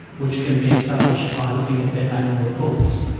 which can be established by looking at their annual reports.